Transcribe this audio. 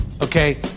Okay